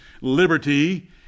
liberty